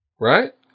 Right